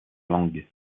langue